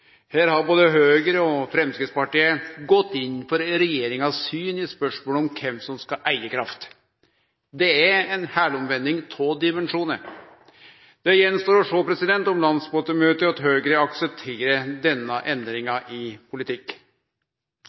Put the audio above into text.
Her har både Høgre og Framstegspartiet gått inn for regjeringa sitt syn i spørsmålet om kven som skal eige kraft. Det er ei heilomvending av dimensjonar. Det står att å sjå om landsmøtet i Høgre aksepterer denne endringa i politikk.